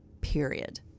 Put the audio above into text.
period